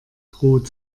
droht